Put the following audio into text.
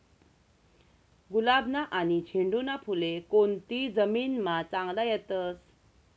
गुलाबना आनी झेंडूना फुले कोनती जमीनमा चांगला येतस?